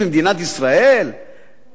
אני רוצה להזכיר לך ולנו,